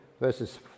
Verses